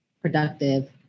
productive